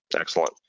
Excellent